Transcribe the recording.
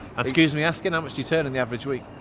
excuse me asking, how much do you turn in the average week?